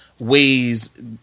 Ways